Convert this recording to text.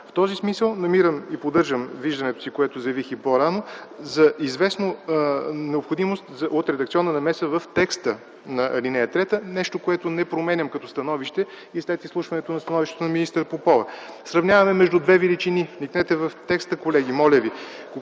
В този смисъл намирам и поддържам виждането си, което заявих и по-рано, за известна необходимост от редакционна намеса в текста на ал. 3 – нещо, което не променям като становище и след изслушването на становището на министър Попова. Сравняваме между две величини. Колеги, моля ви,